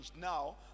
now